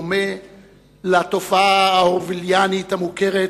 דומה לתופעה האורווליאנית המוכרת,